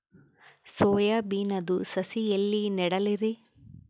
Soya ಬಿನದು ಸಸಿ ಎಲ್ಲಿ ನೆಡಲಿರಿ?